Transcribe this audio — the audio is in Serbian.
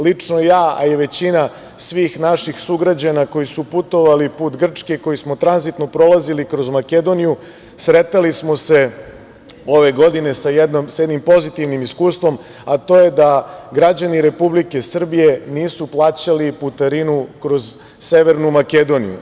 Lično ja, a i većina svih naših sugrađana koji su putovali put Grčke, koji smo tranzitno prolazili kroz Makedoniju, sretali smo se ove godine sa jednim pozitivnim iskustvom, a to je da građani Republike Srbije nisu plaćali putarinu kroz Severnu Makedoniju.